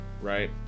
right